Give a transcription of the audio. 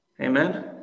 Amen